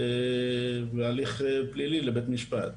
והליך פלילי לבית משפט.